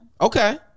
Okay